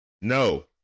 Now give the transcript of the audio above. no